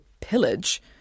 pillage